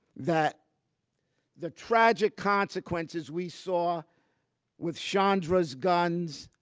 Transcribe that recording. that the tragic consequences we saw with chandra's guns,